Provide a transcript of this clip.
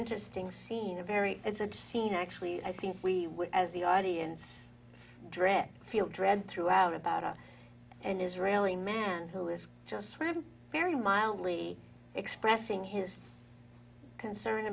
interesting scene a very it's a scene actually i think we as the audience dread feel dread throughout about us and israeli man who is just reading very mildly expressing his concern